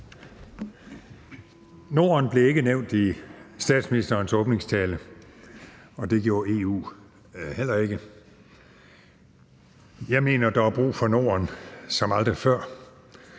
Norden blev ikke nævnt i statsministerens åbningstale, og det gjorde EU heller ikke. Jeg mener, der er brug for Norden som aldrig før;